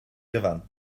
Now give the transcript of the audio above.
gyfan